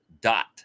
dot